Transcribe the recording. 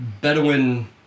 Bedouin